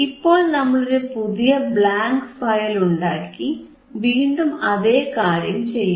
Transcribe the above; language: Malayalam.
ഇപ്പോൾ നമ്മളൊരു പുതിയ ബ്ലാങ്ക് ഫയൽ ഉണ്ടാക്കി വീണ്ടും അതേകാര്യം ചെയ്യാം